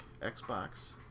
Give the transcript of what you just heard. Xbox